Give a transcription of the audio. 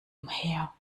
umher